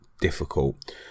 difficult